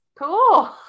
Cool